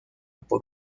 por